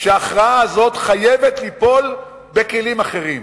שההכרעה הזאת חייבת ליפול בכלים אחרים.